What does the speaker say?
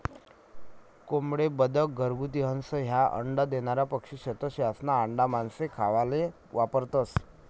कोंबड्या, बदक, घरगुती हंस, ह्या अंडा देनारा पक्शी शेतस, यास्ना आंडा मानशे खावाले वापरतंस